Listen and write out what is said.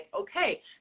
okay